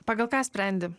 pagal ką sprendi